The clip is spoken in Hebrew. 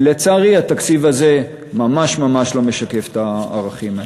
ולצערי התקציב הזה ממש ממש לא משקף את הערכים האלה.